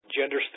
gender